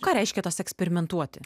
ką reiškia tas eksperimentuoti